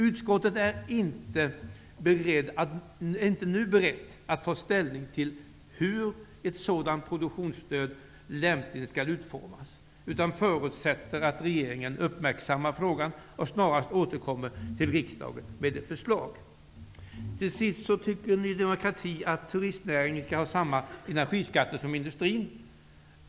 Utskottet är inte nu berett att ta ställning till hur ett sådant produktionsstöd lämpligen skall utformas. Man förutsätter att regeringen uppmärksammar frågan och snarast återkommer till riksdagen med ett förslag. Ny demokrati vill att turistnäringen skall ha samma energiskatter som industrin.